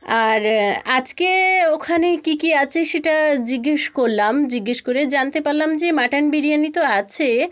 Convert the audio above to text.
আর আজকে ওখানে কী কী আছে সেটা জিজ্ঞেস করলাম জিজ্ঞেস করে জানতে পারলাম যে মাটন বিরিয়ানি তো আছে